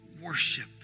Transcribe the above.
worship